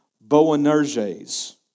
Boanerges